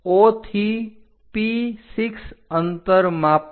પછી O થી P6 અંતર માપો